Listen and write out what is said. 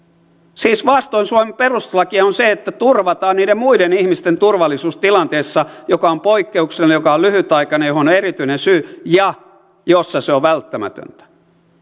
siis vastoin suomen perustuslakia on se että turvataan niiden muiden ihmisten turvallisuus tilanteessa joka on poikkeuksellinen joka on lyhytaikainen johon on erityinen syy ja jossa se on välttämätöntä